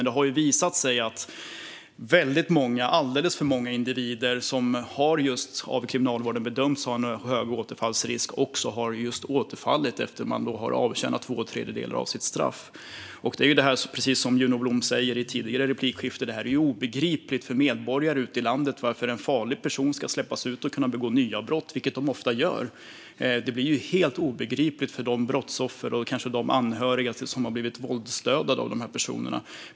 Det har dock visat sig att väldigt många - alldeles för många - individer som av kriminalvården har bedömts löpa en hög risk för återfall också har återfallit efter att ha avtjänat två tredjedelar av sitt straff. Precis som Juno Blom sa i ett tidigare replikskifte är det obegripligt för medborgare ute i landet varför farliga personer ska släppas ut och kunna begå nya brott, vilket de ofta gör. Det blir ju helt obegripligt för brottsoffer och för anhöriga till dem som har blivit våldsdödade av dessa personer.